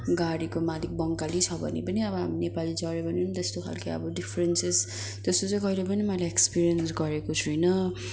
गाडीको मालिक बङ्गाली छ भने पनि अब हामी नेपाली चढ्यो भने त्यस्तो खाल्को डिफरेन्सेस् त्यस्तो चाहिँ कहिले पनि मैले एक्सपिरियन्स गरेको छुइनँ